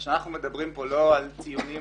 כאשר אנחנו מדברים כאן לא על ציונים